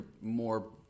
more